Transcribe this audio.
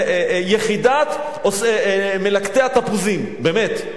יחידת מלקטי התפוזים, באמת.